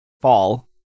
fall